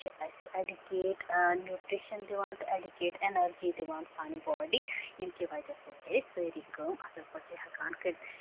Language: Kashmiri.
ایڈُکیٹ نیوٗٹرِشن دِوان تہٕ ایڈُکیٹ اینرجی دِوان سانہِ باڑی ییٚمہِ کہِ وجہہ سۭتۍ أسۍ سٲری کٲم اَصٕل پٲٹھۍ چھِ ہٮ۪کان کٔرِتھ